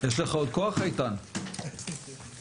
הישיבה ננעלה בשעה 12:10.